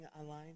online